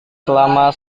selama